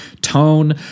tone